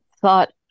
thought